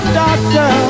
doctor